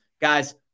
Guys